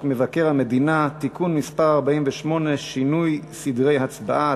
מבקר המדינה (תיקון מס' 48) (שינוי סדרי הצבעה),